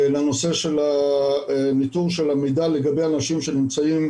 לנושא של הניטור של המידע לגבי אנשים שנמצאים,